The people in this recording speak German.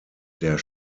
der